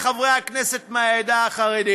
בשביל מה עורך-דין?